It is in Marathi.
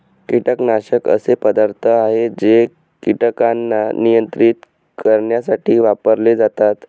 कीटकनाशक असे पदार्थ आहे जे कीटकांना नियंत्रित करण्यासाठी वापरले जातात